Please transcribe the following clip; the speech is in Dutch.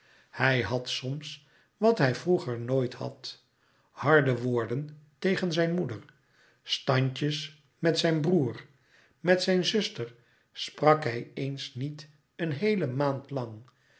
hij had soms wat hij vroeger nooit had harde woorden tegen zijn moeder standjes met zijn broêr met zijn zuster sprak hij eens niet een heele maand lang